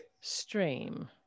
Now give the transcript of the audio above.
stream